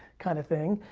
kind of thing,